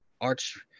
Arch